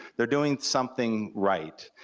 they're doing something right.